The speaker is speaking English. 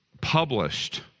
published